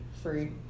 three